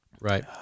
right